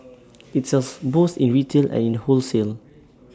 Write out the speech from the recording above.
IT sells both in retail and in wholesale